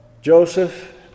Joseph